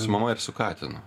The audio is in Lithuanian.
su mama ir su katinu